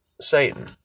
Satan